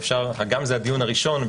הגם זה הדיון הראשון,